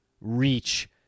reach